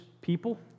people